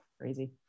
crazy